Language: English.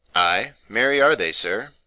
ay, marry, are they, sir.